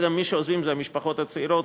מי שעוזבים אלה המשפחות הצעירות,